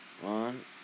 one